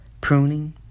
pruning